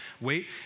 Wait